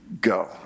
go